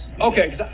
Okay